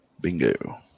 Bingo